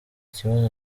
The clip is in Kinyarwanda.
kibazo